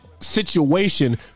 situation